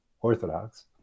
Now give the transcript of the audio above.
Orthodox